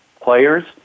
players